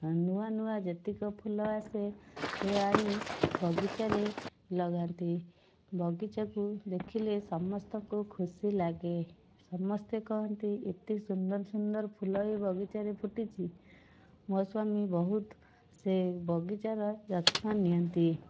ନୂଆ ନୂଆ ଯେତିକ ଫୁଲ ଆସେ ସିଏ ଆଣି ବଗିଚାରେ ଲଗାନ୍ତି ବଗିଚାକୁ ଦେଖିଲେ ସମସ୍ତଙ୍କୁ ଖୁସି ଲାଗେ ସମସ୍ତେ କହନ୍ତି ଏତେ ସୁନ୍ଦର ସୁନ୍ଦର ଫୁଲ ଏ ବଗିଚାରେ ଫୁଟିଛି ମୋ ସ୍ୱାମୀ ବହୁତ ସେ ବଗିଚାର ଯତ୍ନ ନିଅନ୍ତି